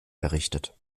errichtet